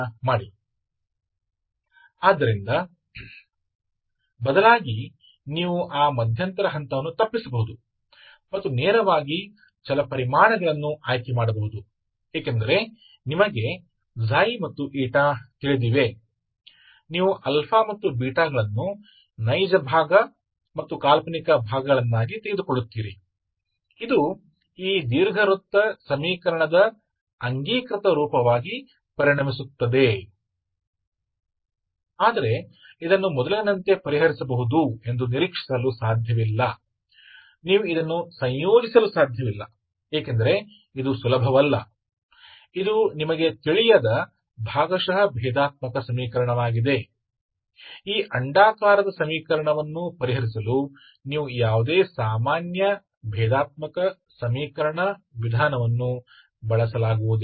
इसलिए इसके बजाय आप उस मध्यवर्ती चरण से बच सकते हैं और सीधे चरों को चुना क्योंकि आप जानते हैं कि ξ और η आप वास्तविक भाग काल्पनिक भाग को αβ के रूप में लेते हैं जो कि यह कैनॉनिकल रूप बन जाएगा यह अण्डाकार समीकरण है लेकिन आप इसे पहले की तरह हल होने की उम्मीद नहीं कर सकते मामला क्योंकि आप इसे एकीकृत नहीं कर सकते हैं यह आसान नहीं है ठीक है यह एक पार्शियल डिफरेंशियल समीकरण है जिसे आप अभी भी नहीं जानते हैं आप इस अंडाकार समीकरण को हल करने के लिए किसी भी सामान्य डिफरेंशियल समीकरण विधि का उपयोग नहीं कर सकते हैं